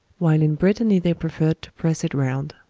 while in brittany they preferred to press it round.